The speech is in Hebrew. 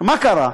מה קרה?